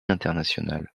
international